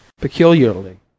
peculiarly